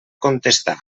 contestar